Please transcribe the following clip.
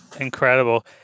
Incredible